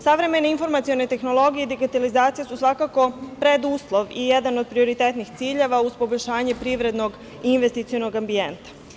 Savremene informacione tehnologije i digitalizacija su, svakako, preduslov i jedan od prioritetnih ciljeva uz poboljšanje privrednog i investicionog ambijenta.